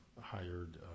hired